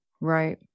Right